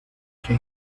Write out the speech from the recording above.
que